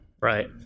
right